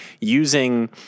using